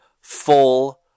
full